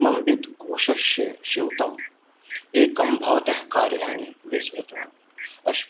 मम वित्तकोषस्य स्यूतम् एकं भवतः कार्याने विस्मृतवान् अस्मि